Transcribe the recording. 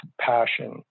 passion